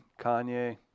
Kanye